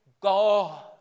God